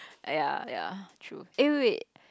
!aiya! ya true eh wait wait